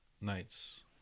nights